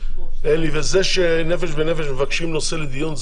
וזה ש'נפש בנפש' מבקשים נושא לדיון,